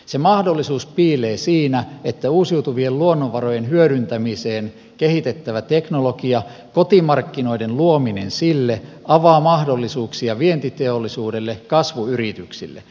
se mahdollisuus piilee siinä että uusiutuvien luonnonvarojen hyödyntämiseen kehitettävä teknologia kotimarkkinoiden luominen sille avaa mahdollisuuksia vientiteollisuudelle kasvuyrityksille